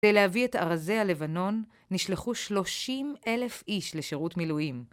כדי להביא את ארזי הלבנון, נשלחו 30 אלף איש לשירות מילואים.